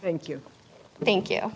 thank you thank you